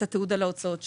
את התיעוד על ההוצאות שלהם.